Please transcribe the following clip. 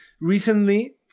recently